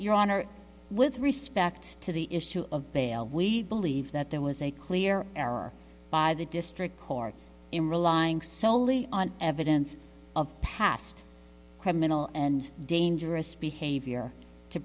honor with respect to the issue of bail we believe that there was a clear error by the district court in relying solely on evidence of past criminal and dangerous behavior to